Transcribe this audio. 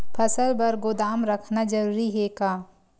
फसल बर गोदाम रखना जरूरी हे का?